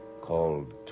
called